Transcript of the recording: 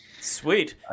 Sweet